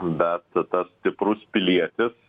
bet tas stiprus pilietis